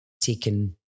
taken